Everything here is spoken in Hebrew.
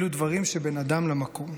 אלו דברים שבין אדם למקום".